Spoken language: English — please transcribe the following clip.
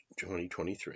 2023